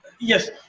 yes